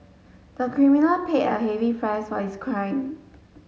the criminal paid a heavy price for his crime